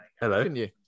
Hello